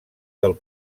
del